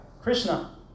Krishna